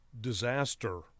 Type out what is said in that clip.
disaster